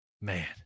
Man